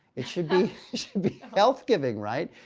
it should be health-giving, right?